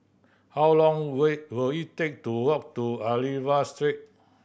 how long will will it take to walk to Aliwal Street